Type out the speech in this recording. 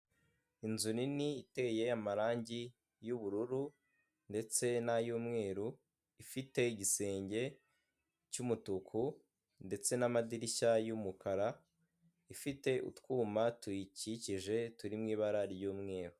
Inzu nini iteye amarangi y'ubururu ndetse n'ay'umweru, ifite igisenge cy'umutuku ndetse n'amadirishya y'umukara ifite utwuma tuyikikije turi mu ibara ry'umweru.